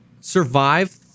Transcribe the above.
survive